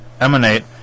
emanate